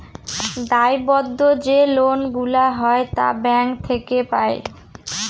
দায়বদ্ধ যে লোন গুলা হয় তা ব্যাঙ্ক থেকে পাই